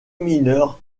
mineurs